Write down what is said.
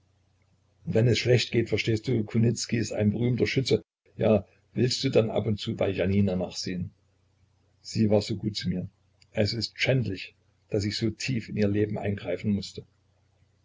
wenn es schlecht geht verstehst du kunicki ist ein berühmter schütze ja willst du dann ab und zu bei janina nachsehen sie war gut zu mir es ist schändlich daß ich so tief in ihr leben eingreifen mußte